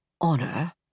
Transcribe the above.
Honor